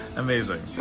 amazing.